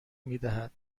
میدهد